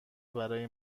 برای